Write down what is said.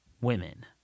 women